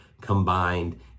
combined